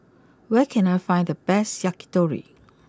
where can I find the best Yakitori